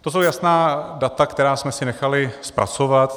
To jsou jasná data, která jsme si nechali zpracovat.